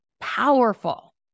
powerful